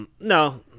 no